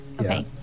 Okay